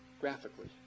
graphically